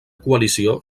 coalició